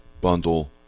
bundle